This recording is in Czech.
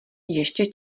ještě